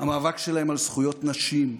המאבק שלהם על זכויות נשים,